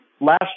last